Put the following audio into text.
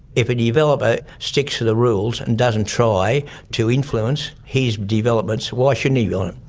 if a developer sticks to the rules and doesn't try to influence his developments, why shouldn't he be on it?